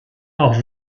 auch